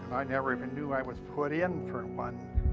i never even knew i was put in for one.